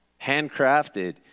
handcrafted